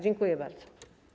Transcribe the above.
Dziękuję bardzo.